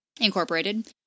Incorporated